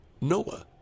Noah